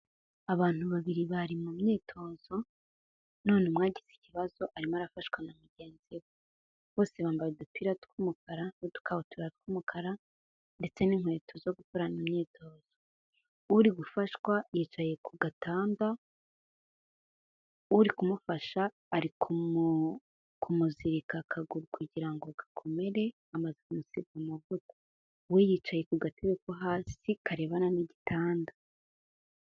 Abantu babiri bari mu myitozo, none umwe agize ikibazo arimo arafashwa na mugenzi we, bose bambaye udupira tw'umukara n'udukabutura tw'umukara ndetse n'inkweto zo gukorana imyitozo, uri gufashwa yicaye ku gatanda, uri kumufasha ari kumuzirika akaguru kugira ngo gakomere, amaze kumusiga amavuta, we yicaye ku gatebe ko hasi karebana n'igitanda.